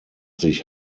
sich